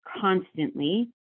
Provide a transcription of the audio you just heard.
constantly